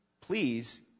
please